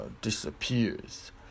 disappears